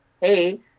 hey